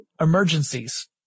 emergencies